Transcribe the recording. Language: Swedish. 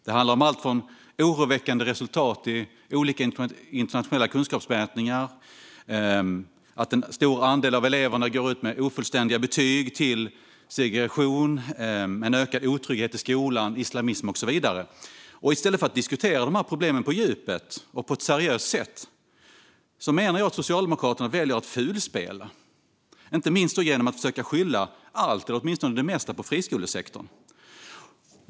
Det handlar om allt från oroväckande resultat i olika internationella kunskapsmätningar och att en stor andel av eleverna går ut med ofullständiga betyg till segregation, ökad otrygghet i skolan, islamism och så vidare. Jag menar att Socialdemokraterna i stället för att diskutera dessa problem på djupet och på ett seriöst sätt väljer att fulspela, inte minst genom att försöka skylla allt eller åtminstone det mesta på friskolesektorn.